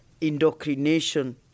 indoctrination